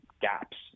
gaps